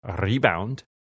rebound